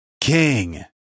king